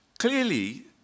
Clearly